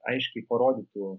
aiškiai parodytų